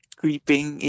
creeping